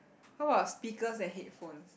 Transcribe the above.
how about speakers and headphones